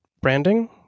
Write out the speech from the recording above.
branding